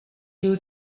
you